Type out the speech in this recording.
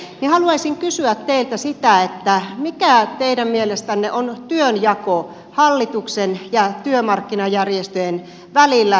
haluaisin kysyä keitä sitä että mikä teidän mielestänne on työnjako hallituksen ja työmarkkinajärjestöjen välillä tässä työurakysymyksessä